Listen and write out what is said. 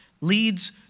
leads